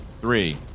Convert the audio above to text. three